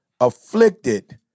afflicted